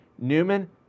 Newman